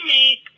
make